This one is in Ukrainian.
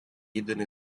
єдиний